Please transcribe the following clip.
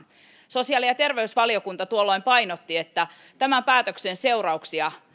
sosiaali ja terveysvaliokunta tuolloin painotti että tämän päätöksen seurauksia